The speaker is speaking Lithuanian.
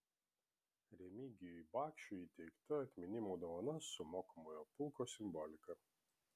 remigijui bakšiui įteikta atminimo dovana su mokomojo pulko simbolika